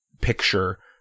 picture